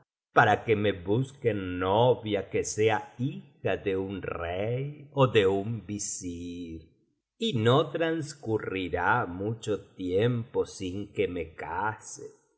para que me busquen novia que sea hija de un rey ó de un visir y no transcurrirá mucho tiempo sin que me case